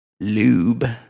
lube